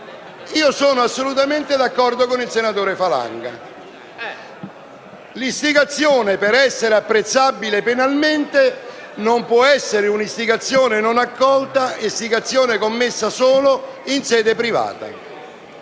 Io sono assolutamente d'accordo con il senatore Falanga: l'istigazione, per essere apprezzabile penalmente, non può essere un'istigazione non accolta o commessa solo in sede privata.